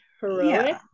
heroic